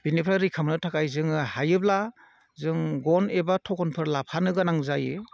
बिनिफ्राय रैखा मोननो थाखाय जोङो हायोब्ला जों गन एबा थखनफोर लाफानो गोनां जायो